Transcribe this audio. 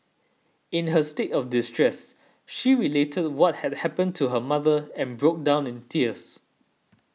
in her state of distress she related what had happened to her mother and broke down in tears